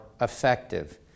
effective